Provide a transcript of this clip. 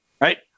right